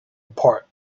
apart